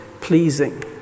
pleasing